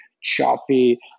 choppy